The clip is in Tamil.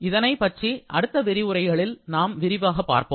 இதைப் பற்றி அடுத்த விரிவுரையில் நாம் விரிவாகப் பார்ப்போம்